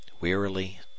Wearily